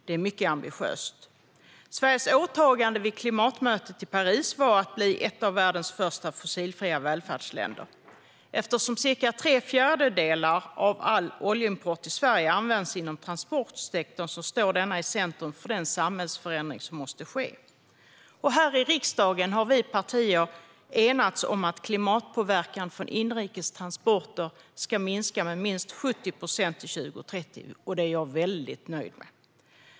Det är mycket ambitiöst. Sveriges åtagande vid klimatmötet i Paris var att bli ett av världens första fossilfria välfärdsländer. Eftersom cirka tre fjärdedelar av all oljeimport i Sverige används inom transportsektorn står denna i centrum för den samhällsförändring som måste ske. Här i riksdagen har vi partier enats om att klimatpåverkan från inrikes transporter ska minska med minst 70 procent till 2030. Det är jag väldigt nöjd med.